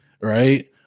right